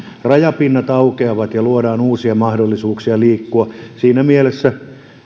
rajapinnat aukeavat ja luodaan uusia mahdollisuuksia liikkua siinä mielessä